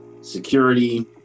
security